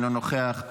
אינו נוכח,